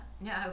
No